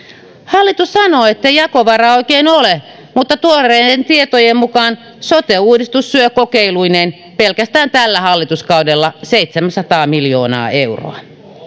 hallitus sanoo ettei jakovaraa oikein ole mutta tuoreiden tietojen mukaan sote uudistus syö kokeiluineen pelkästään tällä hallituskaudella seitsemänsataa miljoonaa euroa